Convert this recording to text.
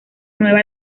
nueva